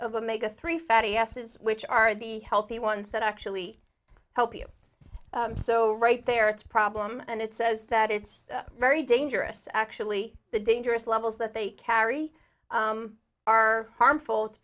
a make a three fatty acids which are the healthy ones that actually help you so right there it's problem and it says that it's very dangerous actually the dangerous levels that they carry are harmful to